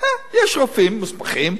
יש רופאים מוסמכים,